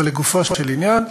אבל לגופו של עניין,